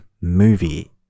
movie